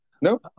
No